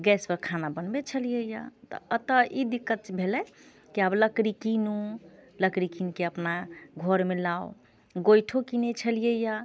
गैसपर खाना बनबैत छलियैए तऽ एतय ई दिक्कत भेलै कि आब लकड़ी कीनू लकड़ी कीन कऽ अपना घरमे लाउ गोइठो कीनैत छलियैए